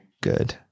good